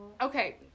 Okay